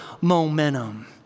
momentum